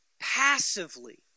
passively